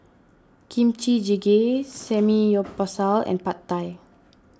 Kimchi Jjigae Samgeyopsal and Pad Thai